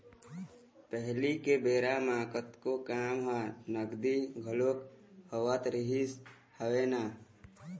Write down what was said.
पहिली के बेरा म कतको काम ह नगदी घलोक होवत रिहिस हवय ना